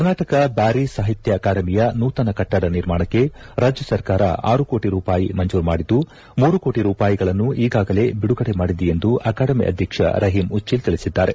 ಕರ್ನಾಟಕ ಬ್ಯಾರಿ ಸಾಹಿತ್ಯ ಅಕಾಡೆಮಿಯ ನೂತನ ಕಟ್ಟಡ ನಿರ್ಮಾಣಕ್ಕೆ ರಾಜ್ಯ ಸರಕಾರ ಆರು ಕೋಟಿ ರೂಪಾಯಿ ಮಂಜೂರು ಮಾಡಿದ್ದು ಮೂರು ಕೋಟಿ ರೂಪಾಯಿಗಳನ್ನು ಈಗಾಗಲೇ ಬಿಡುಗಡೆ ಮಾಡಿದೆ ಎಂದು ಅಕಾಡೆಮಿ ಅಧ್ಯಕ್ಷ ರಹೀಂ ಉಚ್ಚಲ್ ತಿಳಿಸಿದ್ದಾರೆ